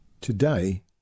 Today